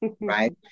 right